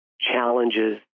challenges